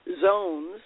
zones